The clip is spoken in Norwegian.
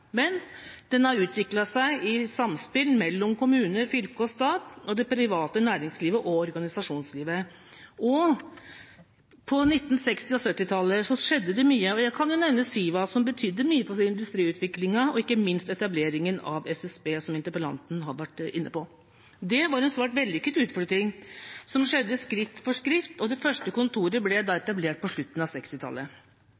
Men den har utviklet seg i samspill mellom kommuner, fylke og stat, og det private næringslivet og organisasjonslivet. På 1960- og 1970-tallet skjedde det mye. Jeg kan nevne Siva, som betydde mye for industriutviklingen, og ikke minst etableringen av SSB, som interpellanten har vært inne på. Det var en svært vellykket utflytting, som skjedde skritt for skritt. Det første kontoret ble